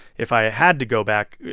if i had to go back,